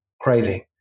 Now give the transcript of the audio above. craving